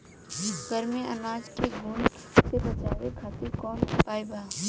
घर में अनाज के घुन से बचावे खातिर कवन उपाय बा?